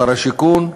שר השיכון,